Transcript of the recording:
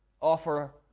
Offer